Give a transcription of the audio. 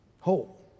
Whole